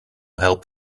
help